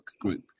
group